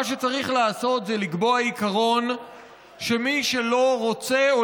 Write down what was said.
מה שצריך לעשות זה לקבוע עיקרון שמי שלא רוצה או